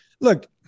Look